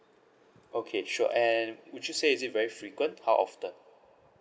okay sure and would you say is it very frequent how often